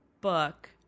book